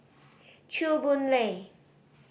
Chew Boon Lay